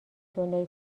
دنیای